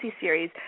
series